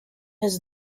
his